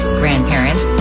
grandparents